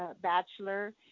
bachelor